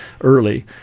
early